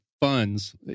funds